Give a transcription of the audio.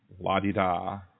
La-di-da